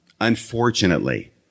unfortunately